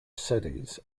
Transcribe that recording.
cities